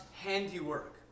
handiwork